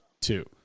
two